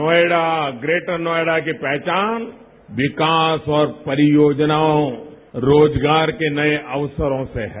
Noida greater Noida की पहचान विकास और परियोजनाओं रोजगार के नए अवसरों से है